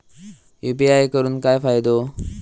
UPI करून काय फायदो?